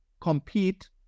compete